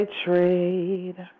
trade